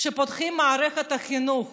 כשפותחים את מערכת החינוך